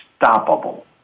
unstoppable